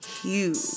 Huge